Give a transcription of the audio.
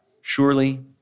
surely